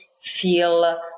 feel